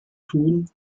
tun